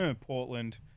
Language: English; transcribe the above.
Portland